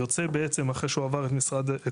יוצא בעצם אחרי שהוא עבר את "נתיב",